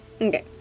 Okay